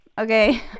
okay